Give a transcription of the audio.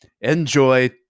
Enjoy